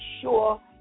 sure